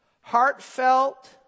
heartfelt